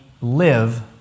live